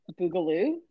boogaloo